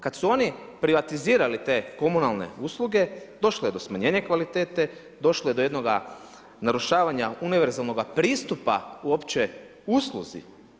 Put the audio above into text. Kad su oni privatizirali te komunalne usluge došlo je do smanjenja kvalitete, došlo je do jednoga narušavanja univerzalnoga pristupa uopće usluzi.